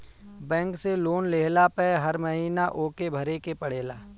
bank से loan लेहला पअ हर महिना ओके भरे के पड़ेला